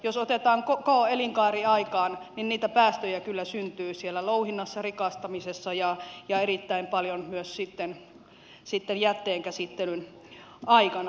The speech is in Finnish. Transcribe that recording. jos otetaan koko elinkaari mukaan niitä päästöjä kyllä syntyy siellä louhinnassa rikastamisessa ja erittäin paljon myös sitten jätteenkäsittelyn aikana